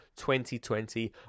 2020